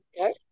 Okay